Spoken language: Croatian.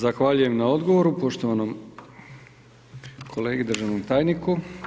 Zahvaljujem na odgovoru poštovanom kolegi državnom tajniku.